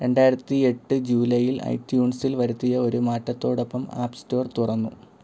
രണ്ടായിരത്തി എട്ട് ജൂലൈയിൽ ഐട്യൂൺസിൽ വരുത്തിയ ഒരു മാറ്റത്തോടൊപ്പം ആപ്പ് സ്റ്റോർ തുറന്നു